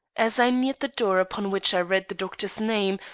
as i neared the door upon which i read the doctor's name,